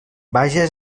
vages